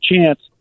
chance